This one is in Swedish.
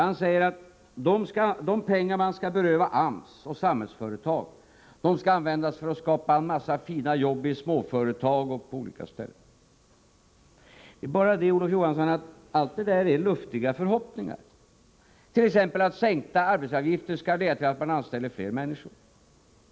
Han säger att de pengar som man skall beröva AMS och Samhällsföretag skall användas för att skapa en massa fina jobb i småföretag och på olika ställen. Men allt detta är bara luftiga förhoppningar. Det gäller t.ex. att sänkta arbetsgivaravgifter kommer att leda till att företagen anställer fler människor.